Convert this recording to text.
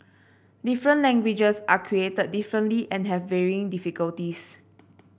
different languages are created differently and have varying difficulties